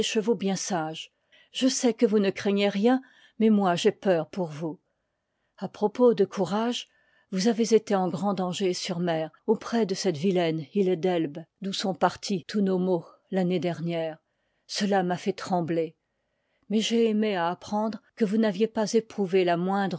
chevaux bien sages je sais que vous ne craignez rien mais moi j'ai peur pour vous a propos de courage vous avez été en grand danger sur mer auprès de cette vilaine île d'elbe d'où sont partis tous nos maux l'année dernière cela m'a fait trembler mais j'ai aimé à apprendre que vous n'aviez pas éprouvé la moindre